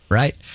right